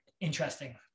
interesting